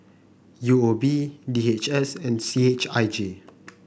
U O B D H S and C H I J